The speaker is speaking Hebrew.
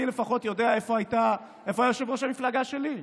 לפחות יודע איפה היה יושב-ראש המפלגה שלי.